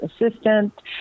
Assistant